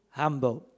humble